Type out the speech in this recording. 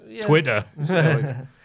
Twitter